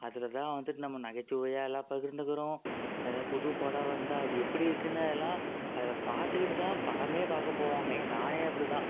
அதில் தான் வந்துட்டு நம்ம நகைச்சுவையாக எல்லாம் பகிர்ந்துக்கிறோம் எதா புது படம் வந்தால் அது எப்படி இருக்குதுன்னு எல்லாம் அதில் பாத்துக்கிட்டுதான் படமே பார்க்க போவாங்க ஏன் நானே அப்படிதான்